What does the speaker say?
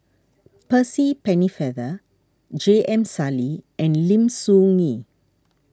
Percy Pennefather J M Sali and Lim Soo Ngee